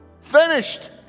Finished